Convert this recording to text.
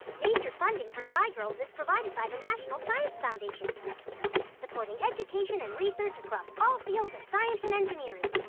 major funding for scigirls is provided by the national science foundation supporting education and research across all fields of science and engineering.